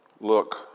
look